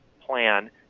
plan